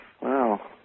Wow